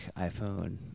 iPhone